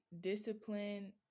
discipline